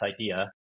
idea